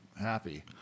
happy